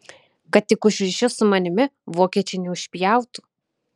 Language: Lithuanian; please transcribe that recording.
kad tik už ryšius su manimi vokiečiai neužpjautų